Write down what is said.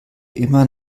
immer